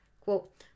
Quote